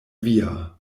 via